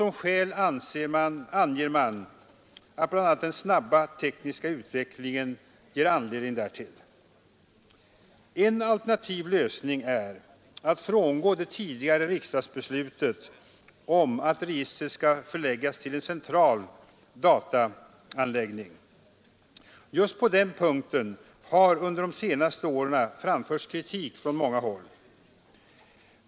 Som skäl anger man att bl.a. den snabba tekniska utvecklingen ger anledning därtill. En alternativ lösning är att frångå det tidigare riksdagsbeslutet om att registret skall förläggas till en central dataanläggning. Just på den punkten har under de senaste åren framförts kritik från många håll.